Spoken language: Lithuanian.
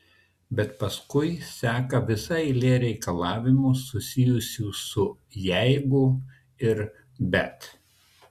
bet paskui seka visa eilė reikalavimų susijusių su jeigu ir bet